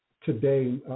today